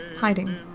hiding